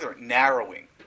narrowing